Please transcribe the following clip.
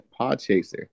Podchaser